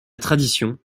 tradition